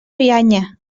bianya